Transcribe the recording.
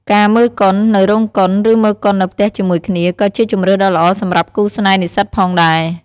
ការ មើលកុន នៅរោងកុន ឬមើលកុននៅផ្ទះជាមួយគ្នា ក៏ជាជម្រើសដ៏ល្អសម្រាប់គូស្នេហ៍និស្សិតផងដែរ។